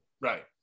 right